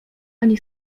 ani